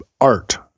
art